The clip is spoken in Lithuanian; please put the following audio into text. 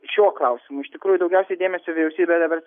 šiuo klausimu iš tikrųjų daugiausiai dėmesio vyriausybė dabar